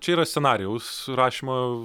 čia yra scenarijaus rašymo